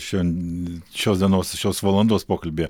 šian šios dienos šios valandos pokalbyje